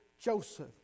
Joseph